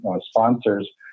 sponsors